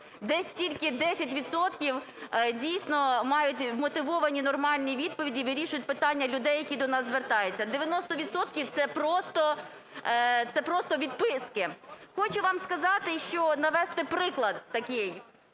десь тільки 10 відсотків дійсно мають вмотивовані, нормальні відповіді, вирішують питання людей, які до нас звертаються. 90 відсотків - це просто відписки. Хочу вам сказати, навести приклад такий.